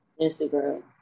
Instagram